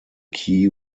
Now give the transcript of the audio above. key